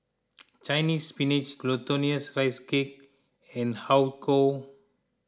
Chinese Spinach Glutinous Rice Cake and Har Kow